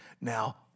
now